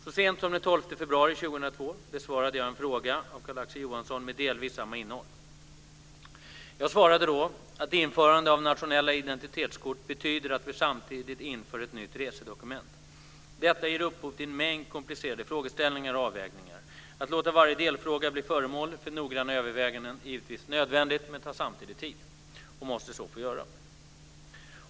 Så sent som den 12 februari 2002 besvarade jag en fråga av Carl-Axel Johansson med delvis samma innehåll, fråga 2001/02:686. Jag svarade då att införande av nationella identitetskort betyder att vi samtidigt inför ett nytt resedokument. Detta ger upphov till en mängd komplicerade frågeställningar och avvägningar. Att låta varje delfråga bli föremål för noggranna överväganden är givetvis nödvändigt men tar samtidigt tid. Och måste så få göra.